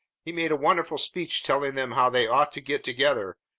he made a wonderful speech telling them how they ought to get together,